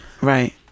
Right